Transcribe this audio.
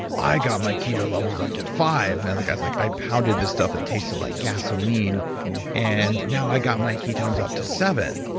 i got my keto levels up to five and the other guy's like i pounded this stuff that tasted like gasoline and now i got my ketones up to seven.